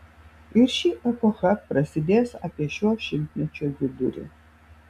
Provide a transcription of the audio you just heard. ir ši epocha prasidės apie šio šimtmečio vidurį